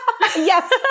Yes